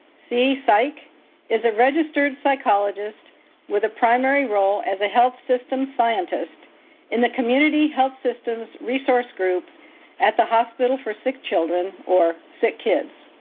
so like is a registered psychologist with a primary role as a health systems scientist in the community health systems resource group at the hospital for sick children or sickkids.